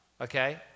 okay